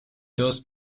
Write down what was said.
durst